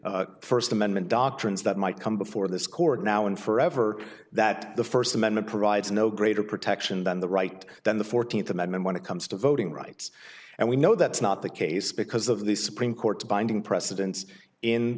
myriad first amendment doctrines that might come before this court now and forever that the first amendment provides no greater protection than the right than the fourteenth amendment when it comes to voting rights and we know that's not the case because of the supreme court's binding precedence in